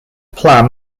plan